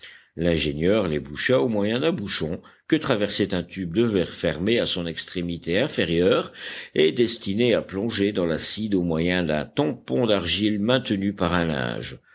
l'ingénieur les boucha au moyen d'un bouchon que traversait un tube de verre fermé à son extrémité inférieure et destiné à plonger dans l'acide au moyen d'un tampon d'argile maintenu par un linge